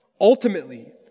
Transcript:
ultimately